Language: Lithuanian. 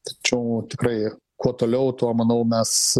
tačiau tikrai kuo toliau tuo manau mes